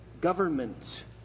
government